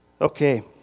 Okay